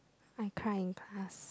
I cried in class